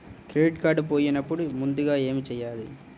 Credit card పోయినపుడు ముందుగా ఏమి చేయాలి?